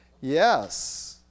Yes